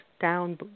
down